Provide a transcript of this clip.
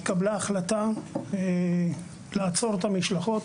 התקבלה החלטה לעצור את המשלחות.